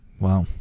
Wow